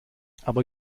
aber